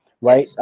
right